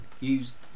use